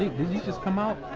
did these just come out?